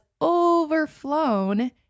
overflown